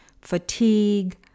fatigue